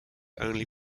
only